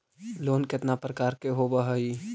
Loan केतना प्रकार के होव हइ?